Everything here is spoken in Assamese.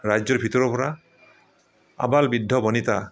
ৰাজ্যৰ ভিতৰৰ পৰা আবাল বৃদ্ধ বনিতা